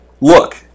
Look